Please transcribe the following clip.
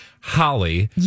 Holly